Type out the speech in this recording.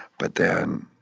but then,